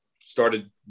started